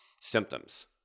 symptoms